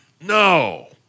No